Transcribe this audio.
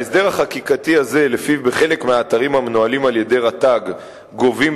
ההסדר החקיקתי הזה שלפיו בחלק מהאתרים המנוהלים על-ידי רט"ג גובים